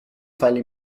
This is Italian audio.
file